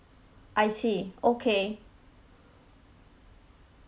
I see okay